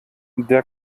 der